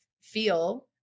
feel